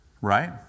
Right